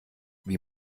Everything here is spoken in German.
wie